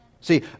See